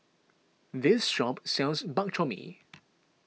this shop sells Bak Chor Mee